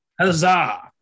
Huzzah